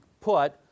put